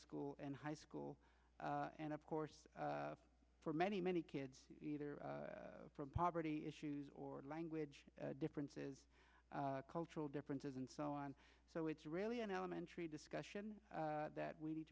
school and high school and of course for many many kids either from poverty issues or language differences cultural differences and so on so it's really an elementary discussion that we need